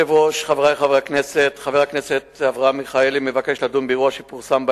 חבר הכנסת אברהם מיכאלי שאל את שר לביטחון פנים